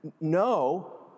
no